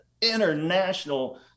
international